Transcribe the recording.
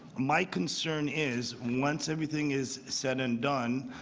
my concern is once everything is said and done,